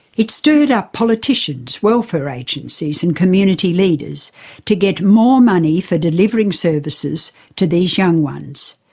it stirred up politicians, welfare agencies and community leaders to get more money for delivering services to these young ones.